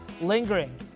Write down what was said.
lingering